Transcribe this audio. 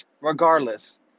Regardless